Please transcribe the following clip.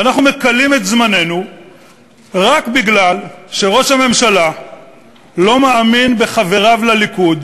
ואנחנו מכלים את זמננו רק משום שראש הממשלה לא מאמין בחבריו לליכוד,